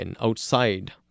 outside